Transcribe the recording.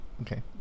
Okay